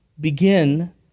begin